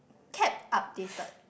kept updated